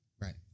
Right